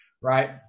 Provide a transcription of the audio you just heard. Right